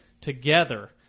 together